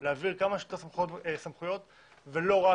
אני בעד להעביר כמה שיותר סמכויות ולא רק